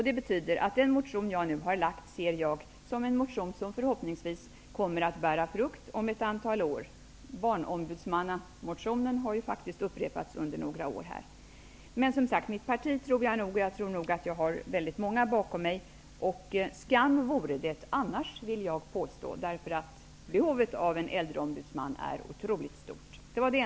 Det betyder att jag ser den motion som jag nu väckt som en motion som förhoppningsvis om ett antal år kommer att bära frukt. Motionen om en barnombudsman har ju faktiskt upprepats under några år. Jag tror nog att jag har mitt parti och många andra bakom mig -- skam vore det annars, då behovet av en äldreombudsman är otroligt stort.